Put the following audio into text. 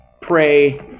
pray